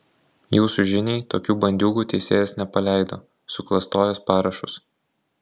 jūsų žiniai tokių bandiūgų teisėjas nepaleido suklastojęs parašus